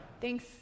Thanks